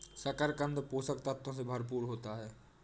शकरकन्द पोषक तत्वों से भरपूर होता है